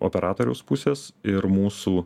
operatoriaus pusės ir mūsų